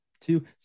two